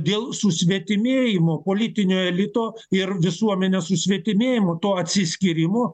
dėl susvetimėjimo politinio elito ir visuomenės susvetimėjimo to atsiskyrimo